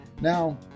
Now